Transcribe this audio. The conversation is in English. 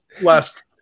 last